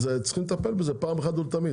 צריכים לטפל בזה פעם אחת ולתמיד.